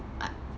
I